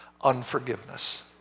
unforgiveness